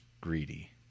greedy